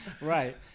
right